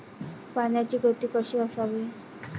पाण्याची गती कशी असावी?